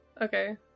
Okay